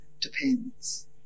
depends